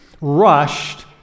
rushed